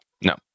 No